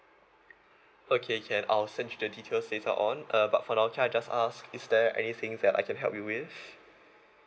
okay can I'll send you the details later on uh but for now can I just ask is there anything that I can help you with